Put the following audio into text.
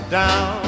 down